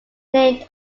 named